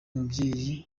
umubyeyi